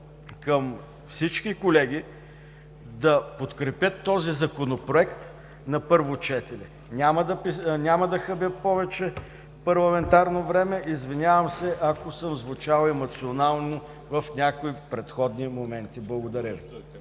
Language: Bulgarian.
към всички колеги да подкрепят този Законопроект на първо четене. Няма да хабя повече парламентарно време. Извинявам се, ако съм звучала емоционално в някои предходни моменти. Благодаря